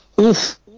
Oof